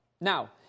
Now